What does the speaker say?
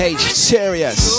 Serious